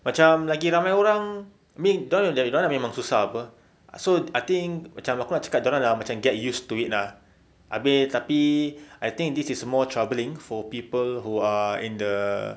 macam lagi ramai orang I mean dorang dorang memang susah [pe] so I think macam aku nak cakap dorang dah get used to it lah abeh tapi I think this is more troubling for people who are in the